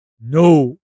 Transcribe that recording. no